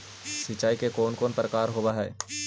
सिंचाई के कौन कौन प्रकार होव हइ?